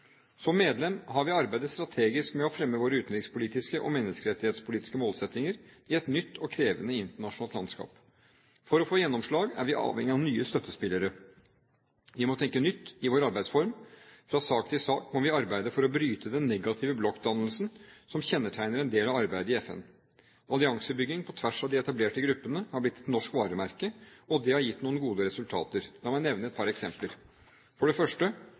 Som medlem har vi arbeidet strategisk med å fremme våre utenriks- og menneskerettspolitiske målsettinger i et nytt og krevende internasjonalt landskap. For å få gjennomslag er vi avhengig av nye støttespillere. Vi må tenke nytt i vår arbeidsform. Fra sak til sak må vi arbeide for å bryte den negative blokkdannelsen som kjennetegner en del av arbeidet i FN. Alliansebygging på tvers av de etablerte gruppene har blitt et norsk varemerke, og det har gitt noen gode resultater. La meg nevne et par eksempler: For det første: